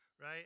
right